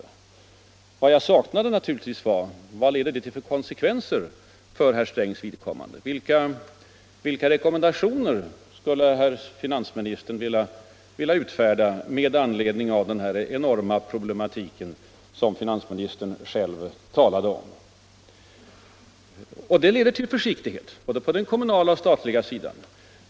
Något som jag saknade var en uppgift om vilka konsekvenser för herr Strängs vidkommande detta leder till. Vilka rekommendationer skulle herr finansministern vilja utfärda med anledning av den här enorma problematiken, som finansministern själv talade om? Den bör leda till försiktighet, både på den kommunala och på den statliga sidan.